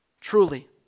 Truly